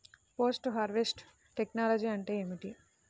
Post harvest technology అంటే ఏమిటి?